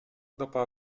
dopo